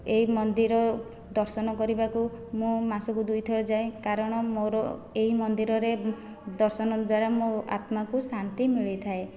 ଏହି ମନ୍ଦିର ଦର୍ଶନ କରିବାକୁ ମୁଁ ମାସକୁ ଦୁଇଥର ଯାଏ କାରଣ ମୋର ଏହି ମନ୍ଦିରରେ ଦର୍ଶନ ଦ୍ୱାରା ମୋ ଆତ୍ମାକୁ ଶାନ୍ତି ମିଳିଥାଏ